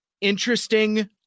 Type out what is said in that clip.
interesting